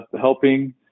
helping